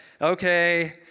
okay